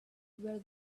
where